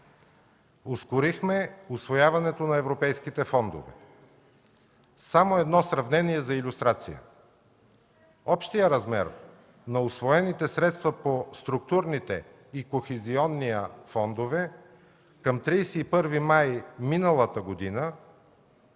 Ускорихме усвояването на европейските фондове. Само едно сравнение за илюстрация. Общият размер на усвоените средства по структурните и Кохезионния фондове към 31 май 2013 г.